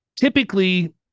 typically